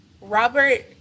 Robert